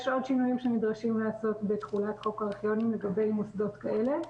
יש עוד שינויים שנדרשים להיעשות בתחולת חוק הארכיונים לגבי מוסדות כאלה,